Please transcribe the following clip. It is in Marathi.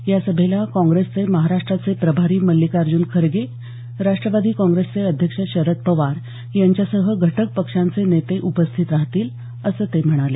या सभेला काँग्रेसचे महाराष्ट्राचे प्रभारी मल्लिकार्ज्न खरगे राष्ट्रवादी काँग्रेसचे अध्यक्ष शरद पवार यांच्यासह घटक पक्षांचे नेते उपस्थित राहतील असं ते म्हणाले